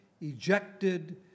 ejected